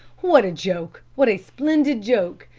what a joke what a splendid joke.